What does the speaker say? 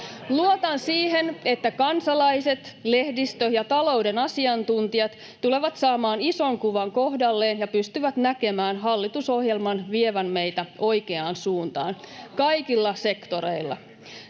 Luotan siihen, että kansalaiset, lehdistö ja talouden asiantuntijat tulevat saamaan ison kuvan kohdalleen ja pystyvät näkemään hallitusohjelman vievän meitä oikeaan suuntaan kaikilla sektoreilla.